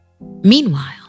Meanwhile